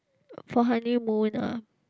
for honeymoon ah